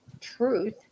truth